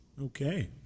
Okay